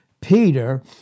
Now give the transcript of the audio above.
Peter